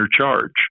charge